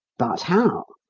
but how?